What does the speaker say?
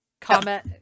Comment